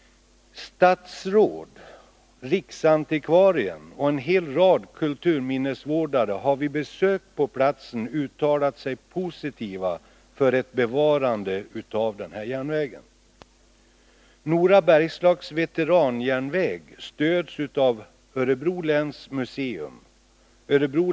Statsråd, riksantikvarie och en hel rad kulturminnesvårdare har vid besök på platsen uttalat sig positivt om ett bevarande av den här järnvägen.